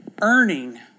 earning